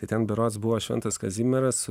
tai ten berods buvo šventas kazimieras